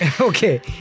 Okay